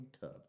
tub